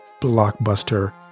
blockbuster